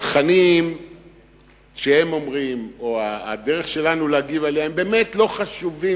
התכנים שהם אומרים או הדרך שלנו להגיב עליהם באמת לא חשובים.